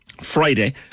Friday